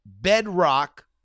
bedrock